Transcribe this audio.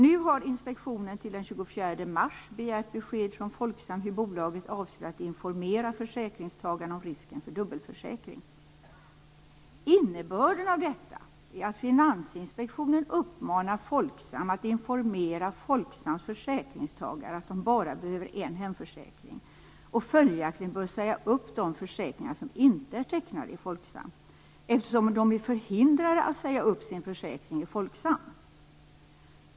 Nu har inspektionen till den 24 mars begärt besked från Folksam hur bolaget avser att informera försäkringstagarna om risken för dubbelförsäkring. Innebörden av detta är att Finansinspektionen uppmanar Folksam att informera sina försäkringstagare att de bara behöver en hemförsäkring och följaktligen bör säga upp de försäkringar som inte är tecknade i Folksam, eftersom de är förhindrade att säga upp sin försäkring i Folksam.